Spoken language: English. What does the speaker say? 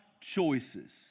choices